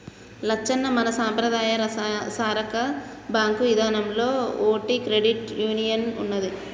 లచ్చన్న మన సంపద్రాయ సాకార బాంకు ఇదానంలో ఓటి క్రెడిట్ యూనియన్ ఉన్నదీ